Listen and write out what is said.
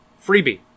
freebie